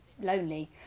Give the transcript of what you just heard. lonely